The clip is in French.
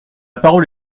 parole